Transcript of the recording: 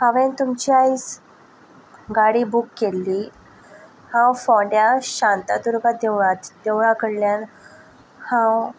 हांवेन तुमची आयज गाडी बूक केल्ली हांव फोंड्या शांतादुर्गा देवळा देवळा कडल्यान हांव